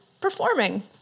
performing